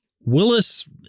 Willis